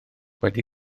wedi